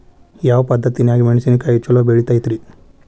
ಯಾವ ಪದ್ಧತಿನ್ಯಾಗ ಮೆಣಿಸಿನಕಾಯಿ ಛಲೋ ಬೆಳಿತೈತ್ರೇ?